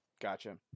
Gotcha